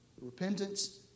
Repentance